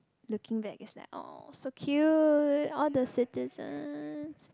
looking back is like !aww! so cute all the citizens